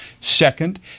Second